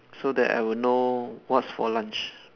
so that I will know what's for lunch